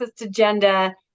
agenda